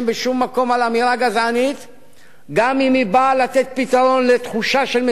גם אם היא באה לתת פתרון לתחושה של מצוקה ושל שלהוב יצרים.